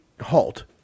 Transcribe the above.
halt